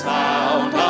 found